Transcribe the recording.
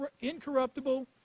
incorruptible